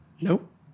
Nope